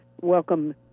welcome